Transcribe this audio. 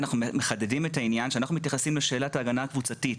היא שאנחנו מחדדים את העניין שאנחנו מתייחסים לשאלת ההגנה הקבוצתית,